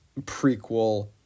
prequel